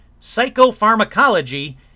psychopharmacology